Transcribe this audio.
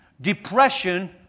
depression